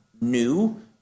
new